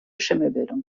schimmelbildung